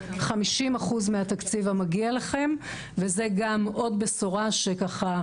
חמישים אחוז מהתקציב המגיע לכם וזה גם עוד בשורה שככה,